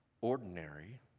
ordinary